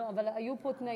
לא, אבל היו פה תנאים.